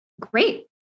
great